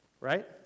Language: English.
Right